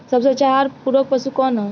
सबसे अच्छा आहार पूरक पशु कौन ह?